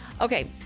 Okay